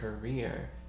career